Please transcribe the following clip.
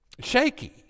shaky